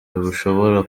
bushobora